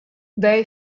very